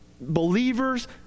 believers